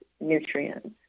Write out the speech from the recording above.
nutrients